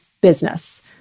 business